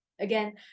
Again